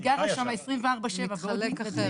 תחשבי שהיא גרה שם 24/7. זה מתחלק אחרת.